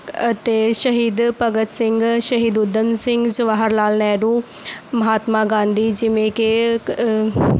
ਅਤੇ ਸ਼ਹੀਦ ਭਗਤ ਸਿੰਘ ਸ਼ਹੀਦ ਊਧਮ ਸਿੰਘ ਜਵਾਹਰ ਲਾਲ ਨਹਿਰੂ ਮਹਾਤਮਾ ਗਾਂਧੀ ਜਿਵੇਂ ਕਿ